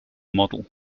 model